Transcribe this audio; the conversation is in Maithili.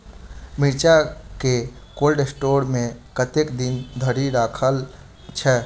मिर्चा केँ कोल्ड स्टोर मे कतेक दिन धरि राखल छैय?